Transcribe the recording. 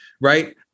right